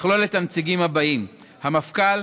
תכלול את הנציגים האלה: המפכ"ל,